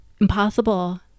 impossible